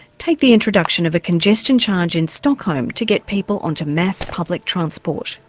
take the introduction of a congestion charge in stockholm to get people onto mass public transport.